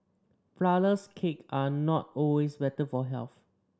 flourless cakes are not always better for health